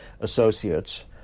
associates